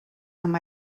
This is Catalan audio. amb